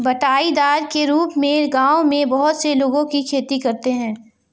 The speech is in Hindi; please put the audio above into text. बँटाईदार के रूप में गाँवों में बहुत से लोगों की खेती करते हैं